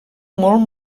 molt